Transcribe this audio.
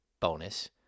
bonus